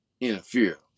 interfere